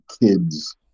kids